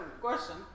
question